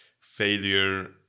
failure